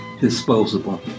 disposable